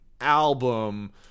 album